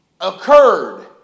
occurred